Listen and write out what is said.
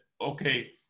okay